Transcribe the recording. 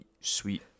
sweet